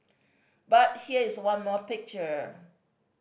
but here's one more picture